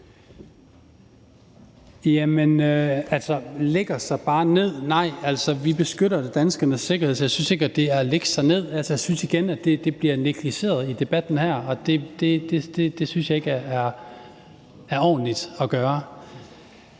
ingen »lægger sig bare ned«. Nej, vi beskytter danskernes sikkerhed, så jeg synes ikke, det er at lægge sig ned. Jeg synes igen, det bliver negligeret i debatten her, og det synes jeg ikke er ordentligt at gøre.